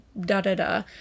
da-da-da